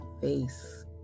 face